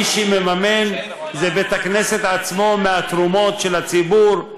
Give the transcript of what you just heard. מי שמממן זה בית-הכנסת עצמו, מהתרומות של הציבור.